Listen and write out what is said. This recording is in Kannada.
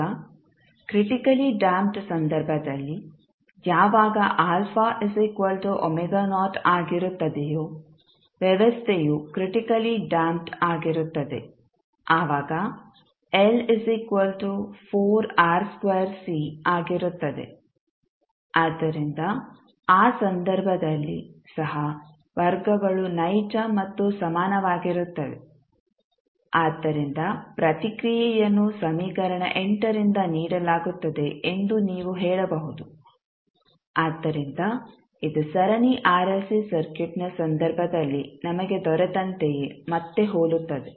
ಈಗ ಕ್ರಿಟಿಕಲಿ ಡ್ಯಾಂಪ್ಡ್ ಸಂದರ್ಭದಲ್ಲಿ ಯಾವಾಗ ಆಗಿರುತ್ತದೆಯೋ ವ್ಯವಸ್ಥೆಯು ಕ್ರಿಟಿಕಲಿ ಡ್ಯಾಂಪ್ಡ್ ಆಗಿರುತ್ತದೆ ಆವಾಗ ಆಗಿರುತ್ತದೆ ಆದ್ದರಿಂದ ಆ ಸಂದರ್ಭದಲ್ಲಿ ಸಹ ವರ್ಗಗಳು ನೈಜ ಮತ್ತು ಸಮಾನವಾಗಿರುತ್ತದೆ ಆದ್ದರಿಂದ ಪ್ರತಿಕ್ರಿಯೆಯನ್ನು ಸಮೀಕರಣ ರಿಂದ ನೀಡಲಾಗುತ್ತದೆ ಎಂದು ನೀವು ಹೇಳಬಹುದು ಆದ್ದರಿಂದ ಇದು ಸರಣಿ ಆರ್ಎಲ್ಸಿ ಸರ್ಕ್ಯೂಟ್ನ ಸಂದರ್ಭದಲ್ಲಿ ನಮಗೆ ದೊರೆತಂತೆಯೇ ಮತ್ತೆ ಹೋಲುತ್ತದೆ